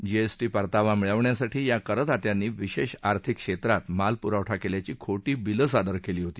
GST परतावा मिळवण्यासाठी या करदात्यांनी विशेष आर्थिक क्षेत्रात माल पुरवठा केल्याची खोटी बिलं सादर केली होती